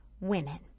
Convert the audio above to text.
women